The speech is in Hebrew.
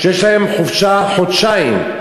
שיש להן חופשה חודשיים,